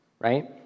right